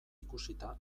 ikusita